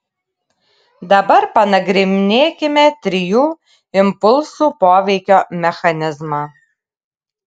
dabar panagrinėkime trijų impulsų poveikio mechanizmą